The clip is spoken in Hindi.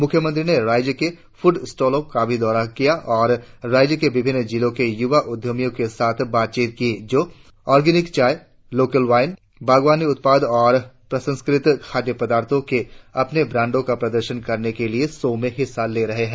मुख्यमंत्री ने राज्य के फूड स्टॉलों का भी दौरा किया और राज्य के विभिन्न जिलों के युवा उद्यमियों के साथ बातचीत की जो ऑर्गेनिक चाय लोकल वाइन बागवानी उत्पादन और प्रसंस्कृत खाद्य पदार्थों के अपने ब्रांडों का प्रदर्शन करने इस शॊ में हिस्सा ले रहे है